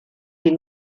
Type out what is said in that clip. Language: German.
die